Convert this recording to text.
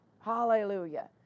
hallelujah